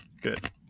Good